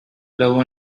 love